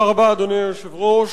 אדוני היושב-ראש,